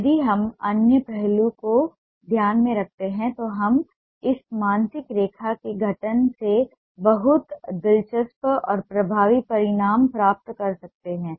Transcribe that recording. यदि हम अन्य पहलुओं को ध्यान में रखते हैं तो हम इस मानसिक रेखा के गठन से बहुत दिलचस्प और प्रभावी परिणाम प्राप्त कर सकते हैं